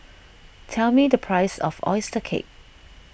tell me the price of Oyster Cake